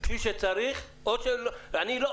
כפי שצריך או שאני לא.